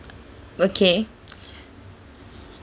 okay